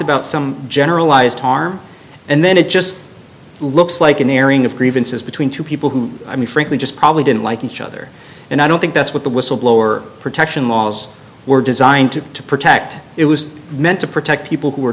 about some generalized harm and then it just looks like an airing of grievances between two people who i mean frankly just probably didn't like each other and i don't think that's what the whistleblower protection laws were designed to protect it was meant to protect people who are